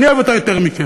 אני אוהב אותה יותר מכם.